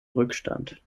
rückstand